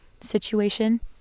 situation